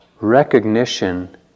recognition